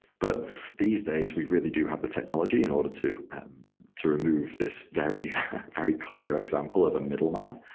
but these days we really do have the technology in order to to remove this very very clear example of a middleman.